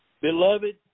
Beloved